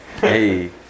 Hey